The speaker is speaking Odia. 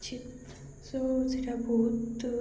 ଅଛି ସୋ ସେଇଟା ବହୁତ